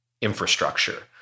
infrastructure